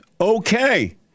Okay